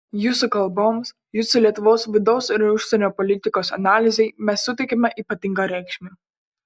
jūsų kalboms jūsų lietuvos vidaus ir užsienio politikos analizei mes suteikiame ypatingą reikšmę